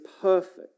perfect